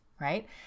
right